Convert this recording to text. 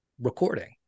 recording